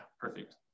perfect